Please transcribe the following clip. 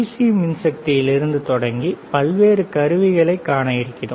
C மின்சக்தியிலிருந்து தொடங்கி பல்வேறு கருவிகளை காண இருக்கிறோம்